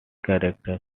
characters